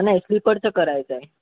नाही स्लीपरचं करायचं आहे